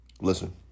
Listen